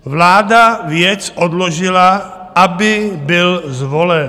Vláda věc odložila, aby byl zvolen.